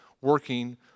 working